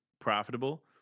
profitable